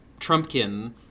Trumpkin